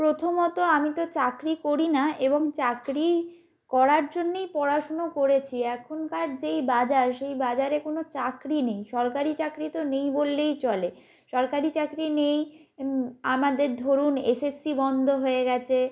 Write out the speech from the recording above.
প্রথমত আমি তো চাকরি করি না এবং চাকরি করার জন্যই পড়াশোনা করেছি এখনকার যেই বাজার সেই বাজারে কোনো চাকরি নেই সরকারি চাকরি তো নেই বললেই চলে সরকারি চাকরি নেই আমাদের ধরুন এসএসসি বন্ধ হয়ে গিয়েছে